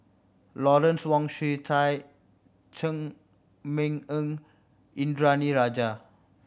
Lawrence Wong Shyun Tsai Chee Meng Ng Indranee Rajah